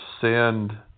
send